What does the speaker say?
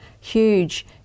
huge